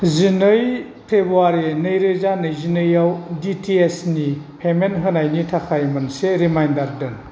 जिनै फेब्रुवारि नैरोजा नैजिनैआव डि टि एइस नि पेमेन्ट होनायनि थाखाय मोनसे रिमाइन्डार दोन